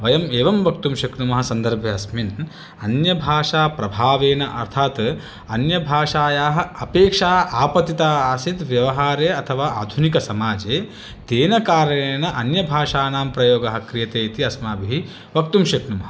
वयम् एवं वक्तुं शक्नुमः सन्दर्भे अस्मिन् अन्यभाषाप्रभावेन अर्थात् अन्यभाषायाः अपेक्षा आपतिता आसीत् व्यवहारे अथवा आधुनिकसमाजे तेन कारणेन अन्यभाषाणां प्रयोगः क्रियते इति अस्माभिः वक्तुं शक्नुमः